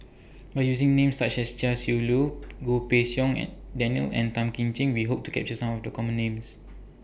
By using Names such as Chia Shi Lu Goh Pei Siong Daniel and Tan Kim Ching We Hope to capture Some of The Common Names